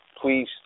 please